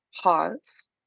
pause